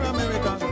America